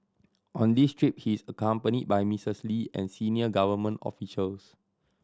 on this trip he is accompany by Mistress Lee and senior government officials